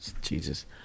Jesus